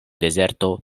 dezerto